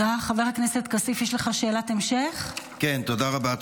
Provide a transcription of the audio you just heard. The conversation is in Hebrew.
כן, תודה רבה.